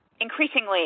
increasingly